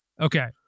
Okay